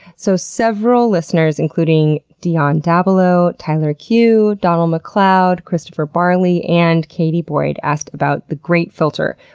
so several listeners, including dionne dabelow, tyler q, donald mcleod, christopher barley, and katie boyd, asked about the great filter,